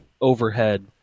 overhead